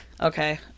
Okay